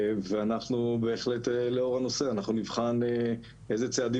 ואנחנו בהחלט לאור הנושא נבחן איזה צעדים